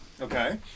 Okay